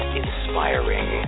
inspiring